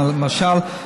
למשל,